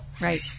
Right